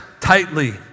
Tightly